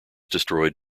destroyed